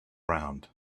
round